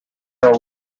our